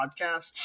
Podcast